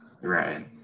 Right